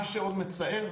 מה שעוד מצער,